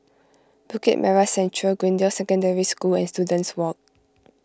Bukit Merah Central Greendale Secondary School and Students Walk